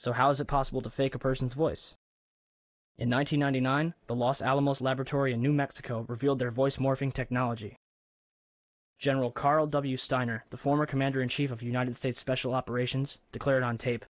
so how is it possible to fake a person's voice in one thousand nine hundred nine the los alamos laboratory in new mexico revealed their voice morphing technology general carl w steiner the former commander in chief of united states special operations declared on tape